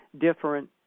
different